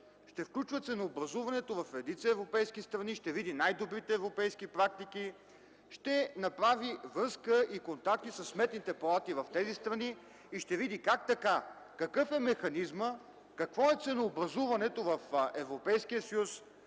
Ще включва ценообразуването в редица европейски страни, ще види най-добрите европейски практики. Ще направи връзка и контакти със сметните палати в тези страни и ще види какъв е механизмът, какво е ценообразуването в Европейския съюз,